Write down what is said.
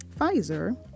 Pfizer